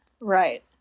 right